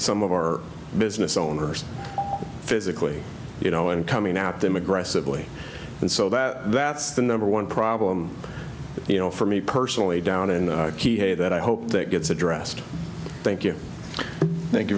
some of our business owners physically you know and coming out them aggressively and so that that's the number one problem you know for me personally down in the key here that i hope that gets addressed thank you thank you